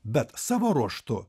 bet savo ruožtu